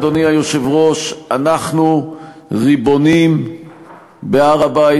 אדוני היושב-ראש: אנחנו ריבונים בהר-הבית